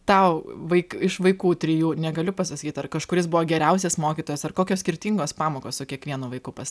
tau vaikai iš vaikų trijų negali pasakyt ar kažkuris buvo geriausias mokytojas ar kokios skirtingos pamokos su kiekvienu vaiku pas